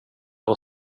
och